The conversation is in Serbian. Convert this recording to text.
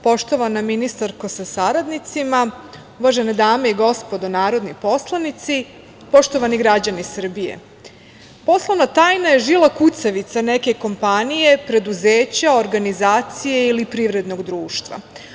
Poštovana ministarko sa saradnicima, uvažene dame i gospodo narodni poslanici, poštovani građani Srbije, poslovna tajna je žila kucavica neke kompanije, preduzeća, organizacije ili privrednog društva.